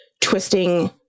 twisting